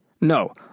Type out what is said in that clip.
No